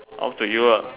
up to you lah